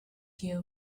you